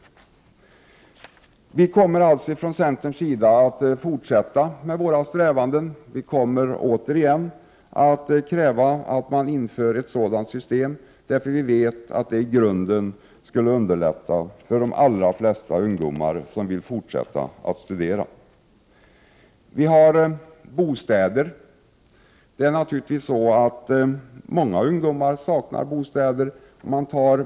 Från centerns sida kommer vi alltså att fortsätta med våra strävanden och återigen kräva att man inför studielön, eftersom vi vet att ett sådant system i grunden underlättar för de allra flesta ungdomar som vill fortsätta att studera. Många ungdomar saknar bostäder.